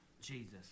jesus